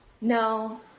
no